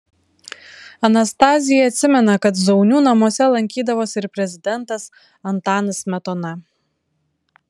anastazija atsimena kad zaunių namuose lankydavosi ir prezidentas antanas smetona